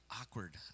awkward